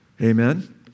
Amen